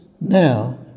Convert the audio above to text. now